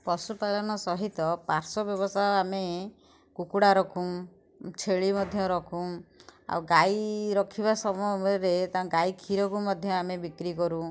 ପଶୁପାଳନ ସହିତ ପାର୍ଶ୍ୱ ବ୍ୟବସାୟ ଆମେ କୁକୁଡ଼ା ରଖୁ ଛେଳି ମଧ୍ୟ ରଖୁ ଆଉ ଗାଈ ରଖିବା ସମୟ ଗାଈ କ୍ଷୀରକୁ ମଧ୍ୟ ଆମେ ବିକ୍ରି କରୁ